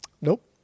Nope